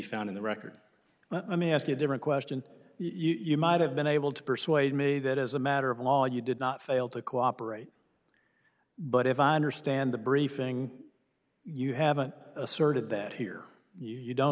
found in the record i may ask a different question you might have been able to persuade me that as a matter of law you did not fail to cooperate but if i understand the briefing you haven't asserted that here you don't